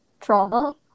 Trauma